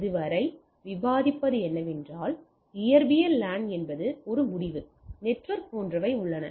இதுவரை விவாதிப்பது என்னவென்றால் இயற்பியல் லேன் என்பது ஒரு முடிவு நெட்வொர்க் போன்றவை உள்ளன